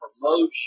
promotion